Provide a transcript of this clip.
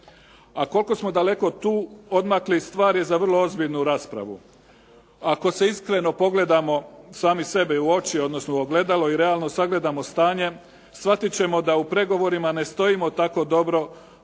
A koliko smo daleko tu odmakli, stvar je za vrlo ozbiljnu raspravu. Ako se iskreno pogledamo sami sebe u oči, odnosno u ogledalo i realno sagledamo stanje, shvatiti ćemo da u pregovorima ne stojimo tako dobro i da bi